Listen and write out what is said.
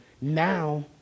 now